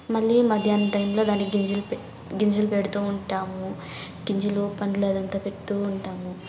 మళ్ళీ మధ్యాహ్నం టైంలో దాని గింజల్ పె గింజలు పెడుతు ఉంటాము గింజలు పండ్లు అదంతా పెడుతు వుంటాము